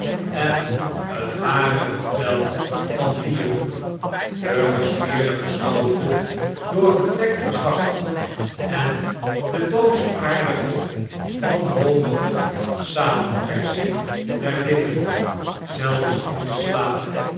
en hetharige vel van dieren de gespierde gestalte door gebrek verzwakt en de boosaardige wanhopige samenpersing der lippen zelfs in den slaap